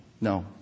No